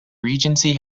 regency